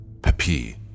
Pepi